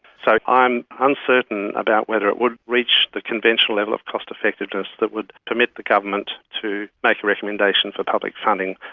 so i'm uncertain about whether it would reach the conventional level of cost effectiveness that would permit the government to make a recommendation for public funding.